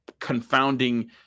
confounding